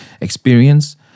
experience